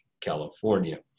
California